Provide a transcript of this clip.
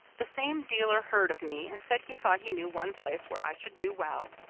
the same dealer heard of me, and said he thought he knew one place where i should do well.